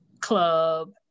club